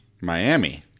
Miami